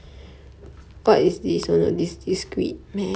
I mean I oh